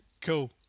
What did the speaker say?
cool